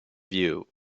view